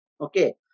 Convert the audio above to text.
Okay